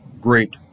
great